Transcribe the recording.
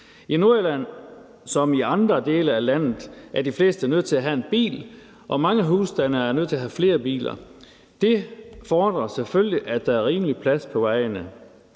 I Nordjylland – som i andre dele af landet – er de fleste nødt til at have en bil, og mange husstande er nødt til at have flere biler. Det fordrer selvfølgelig, at der er rimelig plads på vejene.